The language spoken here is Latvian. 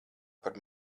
par